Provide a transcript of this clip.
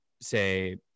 say